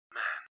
man